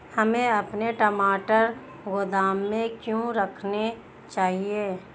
हमें अपने टमाटर गोदाम में क्यों रखने चाहिए?